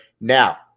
Now